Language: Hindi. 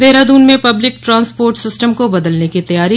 देहरादून में पब्लिक ट्रांसपोर्ट सिस्टम को बदलने की तैयारी